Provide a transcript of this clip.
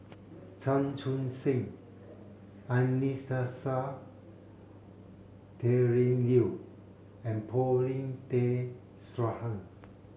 Chan Chun Sing Anastasia Tjendri Liew and Paulin Tay Straughan